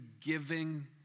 giving